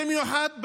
במיוחד בנגב,